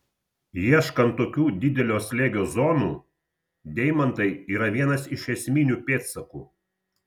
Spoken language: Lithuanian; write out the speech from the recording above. ieškant tokių didelio slėgio zonų deimantai yra vienas iš esminių pėdsakų